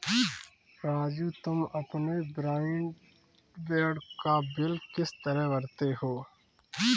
राजू तुम अपने ब्रॉडबैंड का बिल किस तरह भरते हो